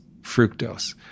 fructose